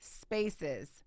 spaces